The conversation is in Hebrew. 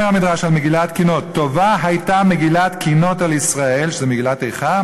אומר המדרש על מגילת קינות: "טובה הייתה מגילת קינות" שזה מגילת איכה,